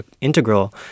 integral